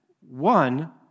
One